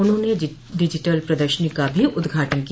उन्होंने डिजिटल प्रदर्शनी का भी उद्घाटन किया